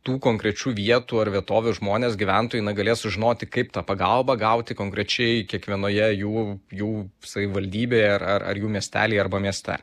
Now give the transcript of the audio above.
tų konkrečių vietų ar vietovių žmonės gyventojai na galės sužinoti kaip tą pagalbą gauti konkrečiai kiekvienoje jų jų savivaldybėje ar ar jų miestelyje arba mieste